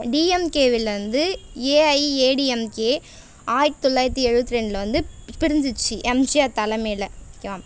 டிஎம்கேவில் இருந்து ஏஐஏடிஎம்கே ஆயிரத்து தொள்ளாயிரத்து எழுபத்தி ரெண்டில் வந்து ப் பிரிஞ்சிச்சு எம்ஜிஆர் தலைமையில ஓகேவா